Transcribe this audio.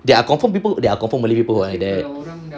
there are confirm people there are confirm malay people who are that